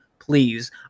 Please